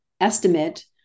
estimate